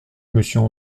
monsieur